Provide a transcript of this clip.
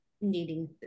needing